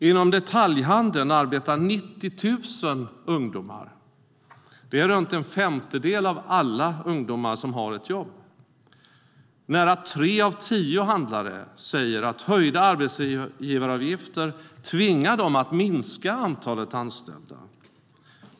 Inom detaljhandeln arbetar 90 000 ungdomar. Det är runt en femtedel av alla ungdomar som har ett jobb. Nära tre av tio handlare säger att höjda arbetsgivaravgifter tvingar dem att minska antalet anställda.